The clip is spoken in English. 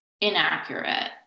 inaccurate